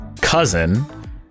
cousin